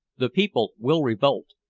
the people will revolt,